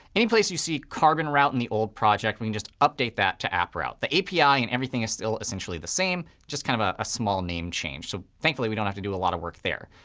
any place you see carbon route in the old project, we can just update that to app route. the api and everything is still essentially the same, just kind of ah a small name change. so thankfully, we don't have to do a lot of work there.